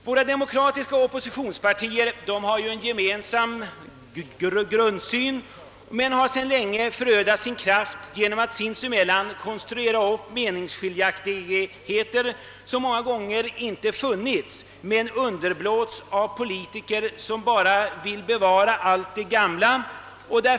Våra demokratiska oppositionspartier äger en gemensam grundsyn men har sedan länge förött sin kraft genom att sinsemellan konstruera upp meningsskiljaktigheter — meningsskiljaktigheter som inte funnits men som underblåsts av politiker som vill bevara allt vid det gamla.